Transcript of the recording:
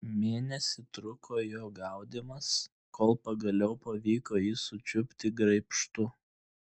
mėnesį truko jo gaudymas kol pagaliau pavyko jį sučiupti graibštu